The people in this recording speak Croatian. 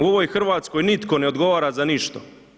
U ovoj Hrvatskoj nitko ne odgovara za ništa.